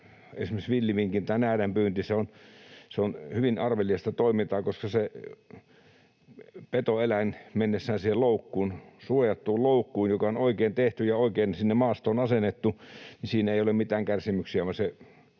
esimerkiksi villiminkin tai näädän pyynti on hyvin armeliasta toimintaa, koska se petoeläin mennessään siihen loukkuun, suojattuun loukkuun, joka on oikein tehty ja oikein sinne maastoon asennettu, siinä ei ole mitään kärsimyksiä,